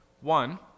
One